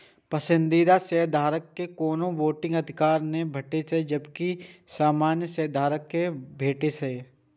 पसंदीदा शेयरधारक कें कोनो वोटिंग अधिकार नै भेटै छै, जबकि सामान्य शेयधारक कें भेटै छै